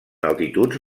altituds